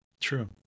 True